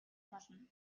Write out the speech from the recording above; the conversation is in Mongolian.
болно